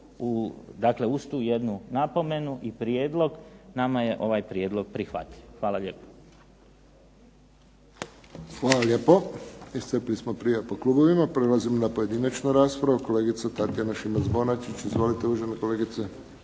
Dakle, uz tu jednu napomenu i prijedlog nama je ovaj prijedlog prihvatljiv. Hvala lijepo. **Friščić, Josip (HSS)** Hvala lijepo. Iscrpili smo prijavu po klubovima. Prelazimo na pojedinačnu raspravu. Kolegica Tatjana Šimac-Bonačić. Izvolite kolegice.